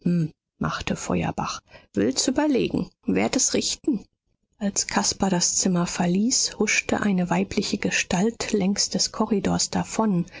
machte feuerbach will's überlegen werd es richten als caspar das zimmer verließ huschte eine weibliche gestalt längs des korridors davon